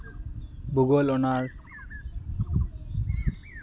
ᱵᱷᱩᱜᱳᱞ honours